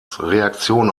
reaktion